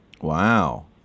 Wow